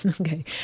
Okay